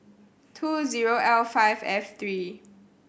two zero L five F three